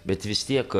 bet vis tiek